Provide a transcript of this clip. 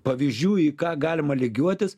pavyzdžių į ką galima lygiuotis